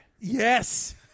Yes